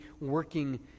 working